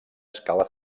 escala